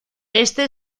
este